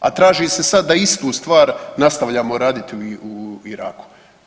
A traži se sad da istu stvar nastavljamo raditi u Iraku.